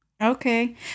Okay